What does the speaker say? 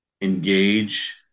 engage